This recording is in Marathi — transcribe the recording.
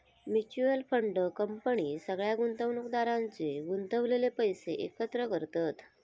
म्युच्यअल फंड कंपनी सगळ्या गुंतवणुकदारांचे गुंतवलेले पैशे एकत्र करतत